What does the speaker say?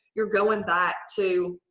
you're going back to